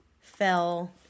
fell